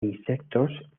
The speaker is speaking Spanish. insectos